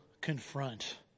confront